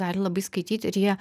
gali labai skaityt ir jie